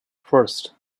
first